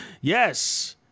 yes